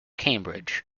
cambridge